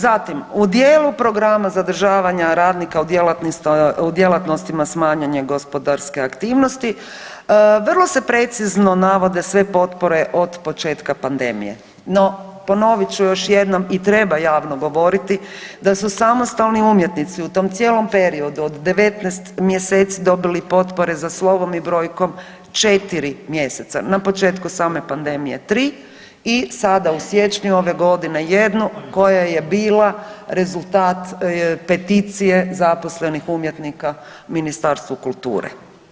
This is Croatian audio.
Zatim, u dijelu programa zadržavanja radnika u djelatnostima smanjene gospodarske aktivnosti vrlo se precizno navode sve potpore od početka pandemije, no ponovit ću još jednom i treba javno govoriti da su samostalni umjetnici u tom cijelom periodu od 19 mjeseci dobili potpore za slovom i brojkom, 4 mjeseca, na početku same pandemije 3 i sada u siječnju ove godine 1 koja je bila rezultat peticije zaposlenih umjetnika Ministarstvu kulture.